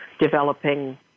developing